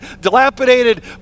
dilapidated